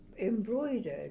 embroidered